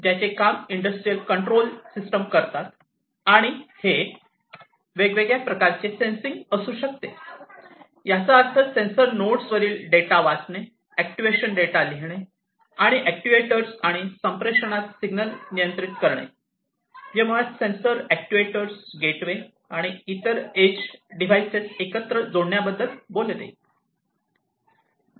ज्याचे काम industrial control system करतात आणि हे वेगवेगळ्या प्रकारचे सेन्सिंग असू शकते याचा अर्थ सेन्सर नोड्सवरील डेटा वाचणे अॅक्ट्यूएशन डेटा लिहिणे आणि अॅक्ट्यूएटर आणि संप्रेषणात सिग्नल नियंत्रित करणे जे मुळात सेन्सर अॅक्ट्युएटर्स गेटवे आणि इतर एज डिव्हाइसेस एकत्र जोडण्याबद्दल बोलते